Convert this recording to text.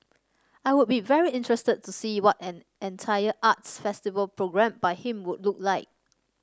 I would be very interested to see what an entire arts festival programmed by him would look like